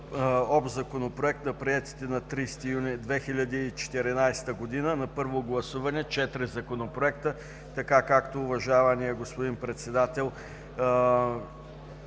Общ законопроект на приетите на 30 юни 2017 г. на първо гласуване четири законопроекта, както уважаваният господин председател